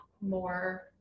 more